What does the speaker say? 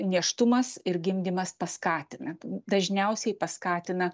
nėštumas ir gimdymas paskatina dažniausiai paskatina